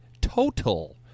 total